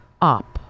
up